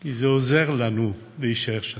כי זה עוזר לנו, להישאר שם,